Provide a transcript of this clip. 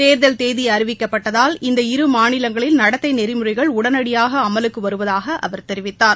தேர்தல் தேதி அறிவிக்கப்பட்டதால் இந்த இருமாநிலங்களில் நடத்தை நெறிமுறைகள் உடனடியாக அமலுக்கு வருவதாக அவர் தெரிவித்தார்